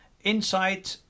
Inside